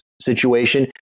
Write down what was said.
situation